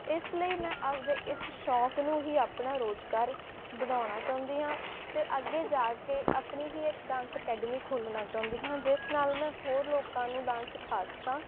ਇਸ ਲਈ ਮੈਂ ਆਪਦੇ ਇਸ ਸ਼ੌਂਕ ਨੂੰ ਹੀ ਆਪਣਾ ਰੁਜ਼ਗਾਰ ਬਣਾਉਣਾ ਚਾਹੁੰਦੀ ਹਾਂ ਅਤੇ ਅੱਗੇ ਜਾ ਕੇ ਆਪਣੀ ਹੀ ਇੱਕ ਡਾਂਸ ਅਕੈਡਮੀ ਖੋਲ੍ਹਣਾ ਚਾਹੁੰਦੀ ਹਾਂ ਜਿਸ ਨਾਲ ਮੈਂ ਹੋਰ ਲੋਕਾਂ ਨੂੰ ਡਾਂਸ ਸਿਖਾ ਸਕਾਂ